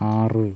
ആറ്